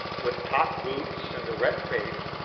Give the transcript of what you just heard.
with top-boots and a red face,